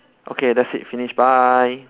okay that's it finish bye